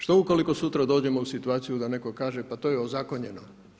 Što ukoliko sutra dođemo u situaciju da netko kaže pa to je ozakonjeno?